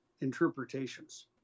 interpretations